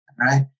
right